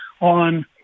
on